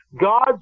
God